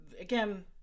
again